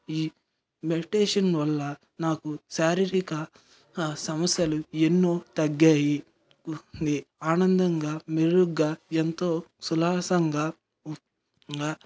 ఈ మెడిటేషన్ వల్ల నాకు శారీరిక ఆ సమస్యలు ఎన్నో తగ్గాయి ఉంది ఆనందంగా మెరుగ్గా ఎంతో సునాయాసంగా